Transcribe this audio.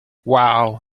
wow